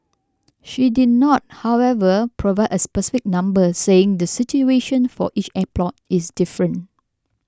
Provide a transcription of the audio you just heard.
she did not however provide a specific number saying the situation for each airport is different